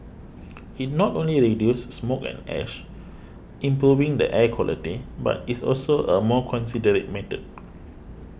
it not only reduces smoke and ash improving the air quality but is also a more considerate method